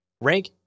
rank